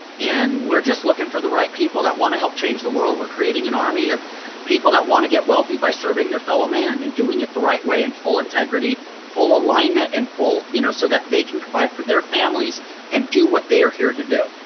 and we're just looking for the right people that want to help change the world. we're creating an army of people that want to get wealthy by serving their fellow man and doing it the right way, in full integrity, full alignment, and you know so that they can provide for their families and do what they're here to do.